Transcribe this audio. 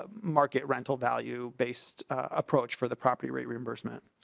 ah market rental value based approach for the property reimbursement.